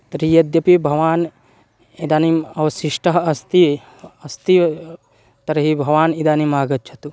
तर्हि यद्यपि भवान् इदानीम् अवशिष्टः अस्ति अस्ति तर्हि भवान् इदानीम् आगच्छतु